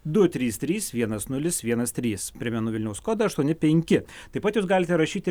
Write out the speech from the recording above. du trys trys vienas nulis vienas trys primenu vilniaus kodą aštuoni penki taip pat jūs galite rašyti